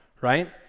right